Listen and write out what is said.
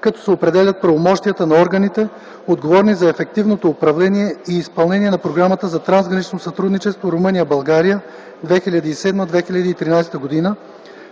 като се определят правомощията на органите, отговорни за ефективното управление и изпълнение на Програмата за трансгранично сътрудничество Румъния – България (2007-2013 г.),